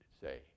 say